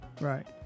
Right